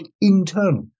internal